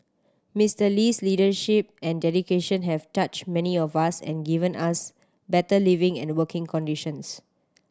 Mister Lee's leadership and dedication have touched many of us and given us better living and working conditions